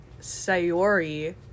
Sayori